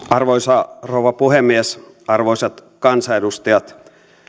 arvoisa rouva puhemies arvoisat kansanedustajat